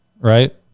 right